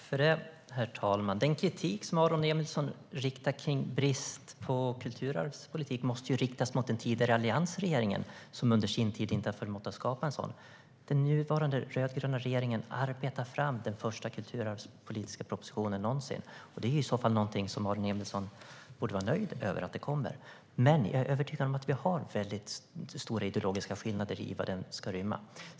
Herr talman! Den kritik som Aron Emilsson riktar mot bristen på kulturarvspolitik måste riktas mot den tidigare alliansregeringen som under sin tid inte har förmått att skapa en sådan. Den nuvarande rödgröna regeringen arbetar fram den första kulturarvspolitiska propositionen någonsin. Det är i så fall någonting som Aron Emilsson borde vara nöjd med kommer. Men jag är övertygad om att vi har stora ideologiska skillnader när det gäller vad den ska rymma.